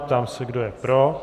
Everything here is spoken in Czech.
Ptám se, kdo je pro.